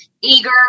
eager